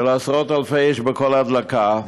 של עשרות אלפי איש בכל הדלקה,